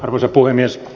arvoisa puhemies